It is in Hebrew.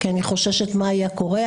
כי אני חוששת מה היה קורה.